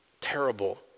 terrible